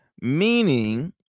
meaning